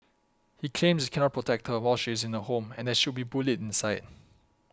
he claims he cannot protect her while she is in the home and that she would be bullied inside